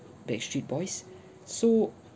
backstreet boys so